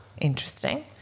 interesting